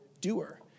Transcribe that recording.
doer